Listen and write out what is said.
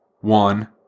one